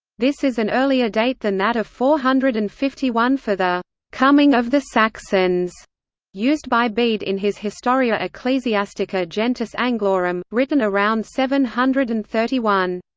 this is an earlier date than that of four hundred and fifty one for the coming of the saxons used by bede in his historia ecclesiastica gentis anglorum, written around seven hundred and thirty one.